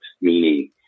Meaning